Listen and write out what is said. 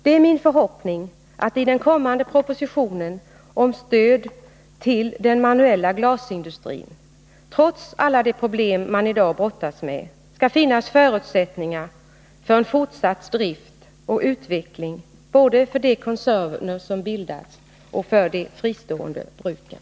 Det är min förhoppning att det i den kommande propositionen om stöd till den manuella glasindustrin, trots alla de problem man i dag brottas med, skall finnas förutsättningar för en fortsatt drift och utveckling både för de koncerner som har bildats och för de fristående bruken.